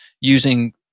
using